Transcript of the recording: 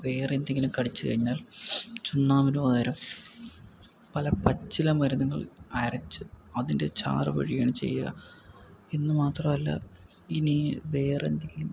വേറെ എന്തെങ്കിലും കടിച്ചു കഴിഞ്ഞാൽ ചുണ്ണാമ്പിനു പകരം പല പച്ചില മരുന്നുകൾ അരച്ച് അതിൻ്റെ ചാറ് പിഴിയുകയാണ് ചെയ്യുക എന്നുമാത്രമല്ല ഇനി വേറെ എന്തെങ്കിലും